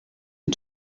and